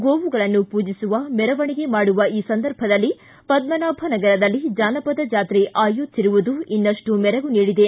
ಗೋವುಗಳನ್ನು ಪೂಜಿಸುವ ಮೆರವಣಿಗೆ ಮಾಡುವ ಈ ಸಂದರ್ಭದಲ್ಲಿ ಪದ್ಮನಾಭ ನಗರದಲ್ಲಿ ಜಾನಪದ ಜಾತ್ರೆ ಆಯೋಜಿಸಿರುವುದು ಇನ್ನಷ್ಟು ಮೆರಗು ನೀಡಿದೆ